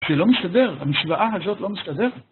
זה לא מסתדר, המשוואה הזאת לא מסתדרת